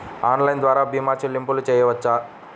Online ద్వార భీమా చెల్లింపులు చేయవచ్చా?